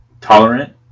Tolerant